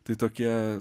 tai tokie